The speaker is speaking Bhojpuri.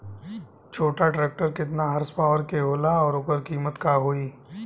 छोटा ट्रेक्टर केतने हॉर्सपावर के होला और ओकर कीमत का होई?